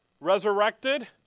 Resurrected